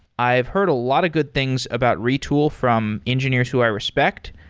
i've heard a lot of good things about retool from engineers who i respect.